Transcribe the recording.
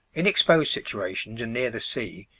in exposed situations and near the sea,